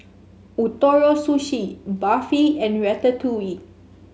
Ootoro Sushi Barfi and Ratatouille